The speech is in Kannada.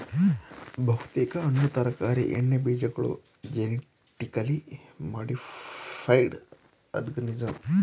ಬಹುತೇಕ ಹಣ್ಣು ತರಕಾರಿ ಎಣ್ಣೆಬೀಜಗಳು ಜೆನಿಟಿಕಲಿ ಮಾಡಿಫೈಡ್ ಆರ್ಗನಿಸಂ